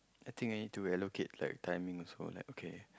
I think I need to allocate like timing or so like okay